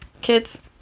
Kids